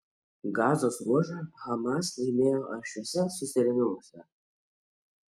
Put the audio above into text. gazos ruožą hamas laimėjo aršiuose susirėmimuose